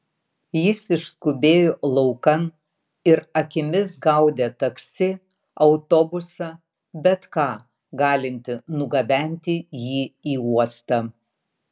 jis išskubėjo laukan ir akimis gaudė taksi autobusą bet ką galintį nugabenti jį į uostą